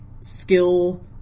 skill